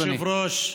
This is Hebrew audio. אדוני היושב-ראש,